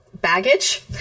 baggage